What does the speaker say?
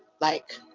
like,